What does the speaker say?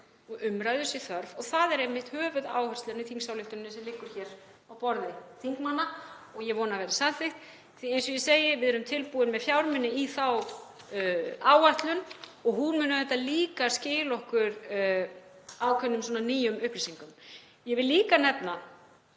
og umræðu sé þörf og það er einmitt höfuðáherslan í þingsályktunartillögunni sem liggur hér á borðum þingmanna og ég vona að verði samþykkt því að, eins og ég segi, við erum tilbúin með fjármuni í þá áætlun og hún mun auðvitað líka skila okkur ákveðnum nýjum upplýsingum. Ég vil líka nefna